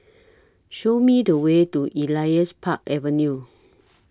Show Me The Way to Elias Park Avenue